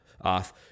off